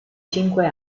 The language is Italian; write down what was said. cinque